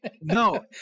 No